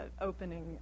opening